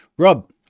Rob